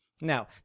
Now